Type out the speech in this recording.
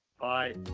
Bye